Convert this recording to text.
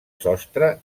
sostre